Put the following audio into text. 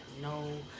no